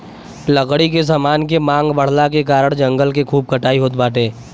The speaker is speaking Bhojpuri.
लकड़ी के समान के मांग बढ़ला के कारण जंगल के खूब कटाई होत बाटे